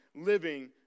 living